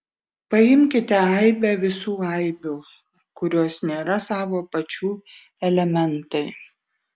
paimkite aibę visų aibių kurios nėra savo pačių elementai